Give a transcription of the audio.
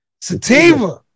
Sativa